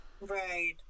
right